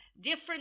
different